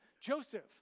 Joseph